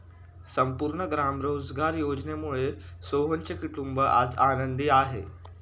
संपूर्ण ग्राम रोजगार योजनेमुळे सोहनचे कुटुंब आज आनंदी आहे